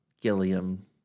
Gilliam